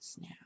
now